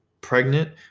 pregnant